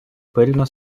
пильно